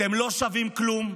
אתם לא שווים כלום,